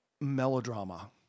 melodrama